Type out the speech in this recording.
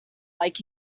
like